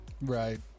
Right